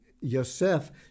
Yosef